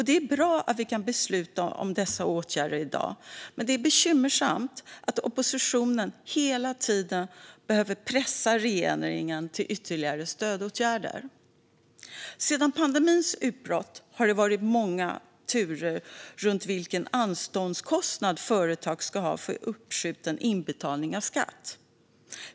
Det är bra att vi i dag kan besluta om dessa åtgärder, men det är bekymmersamt att oppositionen hela tiden behöver pressa regeringen att vidta ytterligare stödåtgärder. Sedan pandemins utbrott har det varit många turer om vilken anståndskostnad företag ska ha för uppskjuten inbetalning av skatt.